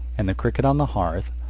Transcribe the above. and the cricket on the hearth,